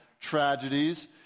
tragedies